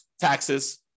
taxes